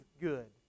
good